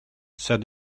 said